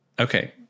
okay